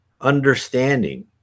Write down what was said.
understanding